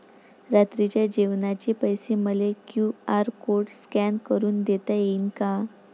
रात्रीच्या जेवणाचे पैसे मले क्यू.आर कोड स्कॅन करून देता येईन का?